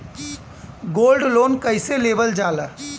Gold loan कईसे लेवल जा ला?